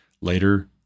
Later